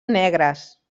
negres